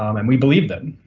um and we believe them.